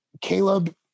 Caleb